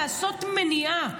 לעשות מניעה.